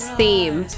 theme